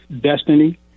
destiny